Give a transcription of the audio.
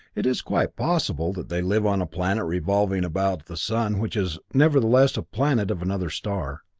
it is quite possible that they live on a planet revolving about the sun which is, nevertheless, a planet of another star.